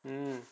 mm